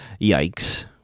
Yikes